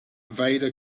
vader